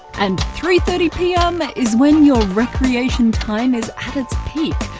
and three thirty pm is when your reaction time is at it's peak,